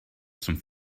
zum